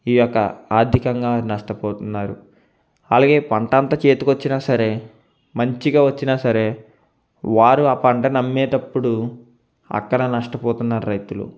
ఈ యొక్క ఆర్థికంగా నష్టపోతున్నారు అలాగే పంట అంతా చేతికి వచ్చినా సరే మంచిగా వచ్చినా సరే వారు ఆ పంటను అమ్మేటప్పుడు అక్కడ నష్టపోతున్నారు రైతులు